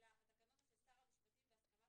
אלא התקנות הן של שר המשפטים בהסכמת